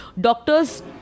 doctors